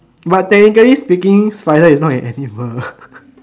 but technically speaking spider is not an animal